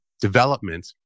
development